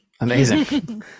Amazing